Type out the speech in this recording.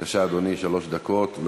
כמו כן, אבקש להעביר את הצעת החוק